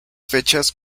fechas